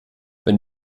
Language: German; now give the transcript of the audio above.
wenn